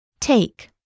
Take